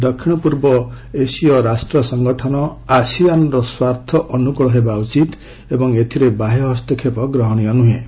ଦକ୍ଷିଣ ପୂର୍ବଏସୀୟ ରାଷ୍ଟ୍ରସଂଗଠନ ଆସିଆନର ସ୍ୱାର୍ଥ ଅନୁକଳ ହେବା ଉଚିତ୍ ଏବଂ ଏଥିରେ ବାହ୍ୟ ହସ୍ତକ୍ଷେପ ଗ୍ରହଣୀୟ ନୁହେଁ